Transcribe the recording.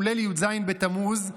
הוא ליל י"ז בתמוז,